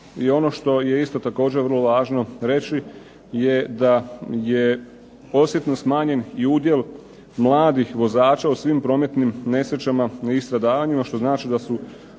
I ono što je isto također vrlo važno reći je da je osjetno smanjen i udjel mladih vozača u svim prometnim nesrećama i stradavanjima što znači da su